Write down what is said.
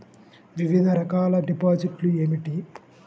వివిధ రకాల డిపాజిట్లు ఏమిటీ?